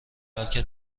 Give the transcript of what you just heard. بلکه